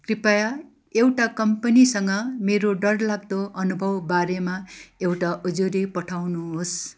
कृपया एउटा कम्पनीसँग मेरो डरलाग्दो अनुभवबारेमा एउटा उजुरी पठाउनुहोस्